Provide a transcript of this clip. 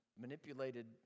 manipulated